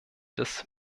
des